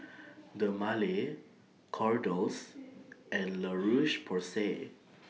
Dermale Kordel's and La Roche Porsay